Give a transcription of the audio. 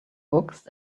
books